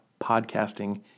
podcasting